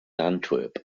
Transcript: antwerp